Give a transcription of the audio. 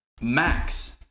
Max